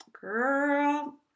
Girl